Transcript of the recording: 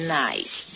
nice